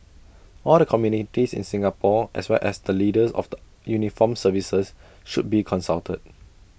all the communities in Singapore as well as the leaders of the uniformed services should be consulted